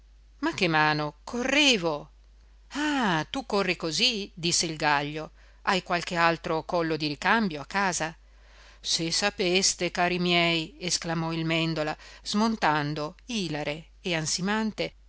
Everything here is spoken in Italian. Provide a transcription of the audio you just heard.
ma che mano correvo ah tu corri così disse il gaglio hai qualche altro collo di ricambio a casa se sapeste cari miei esclamò il mèndola smontando ilare e ansimante